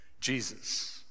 Jesus